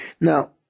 Now